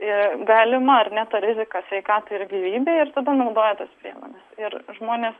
ir galima ar ne ta rizika sveikatai ir gyvybei ir tada naudoja tas priemones ir žmonės